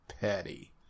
petty